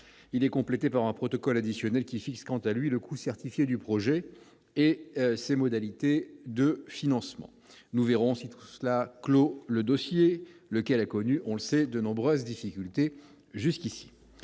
Il est complété par un protocole additionnel qui fixe, quant à lui, le coût certifié du projet et ses modalités de financement. Nous verrons si tout cela clôt le dossier, lequel a connu, nous le savons, de nombreuses difficultés.